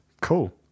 Cool